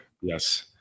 Yes